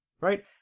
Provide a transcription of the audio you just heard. right